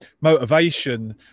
motivation